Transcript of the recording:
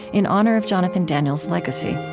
in honor of jonathan daniels's legacy